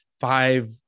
five